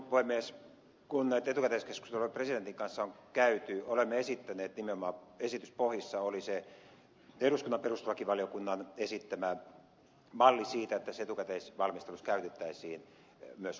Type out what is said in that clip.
kun näitä etukäteiskeskusteluja presidentin kanssa on käyty olemme esittäneet nimenomaan esityspohjissa oli se eduskunnan perustuslakivaliokunnan esittämä malli että etukäteisvalmistelussa käytettäisiin myös utvaa